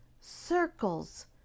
circles